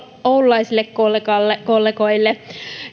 oululaisille kollegoille